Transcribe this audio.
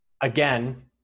again